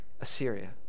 Assyria